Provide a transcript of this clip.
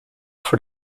for